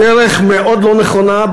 הדרך מאוד לא נכונה,